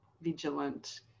vigilant